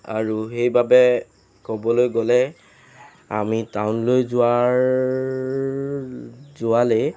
আৰু সেইবাবে ক'বলৈ গ'লে আমি টাউনলৈ যোৱাৰ যোৱালৈ